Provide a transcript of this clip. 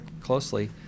closely